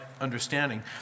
understanding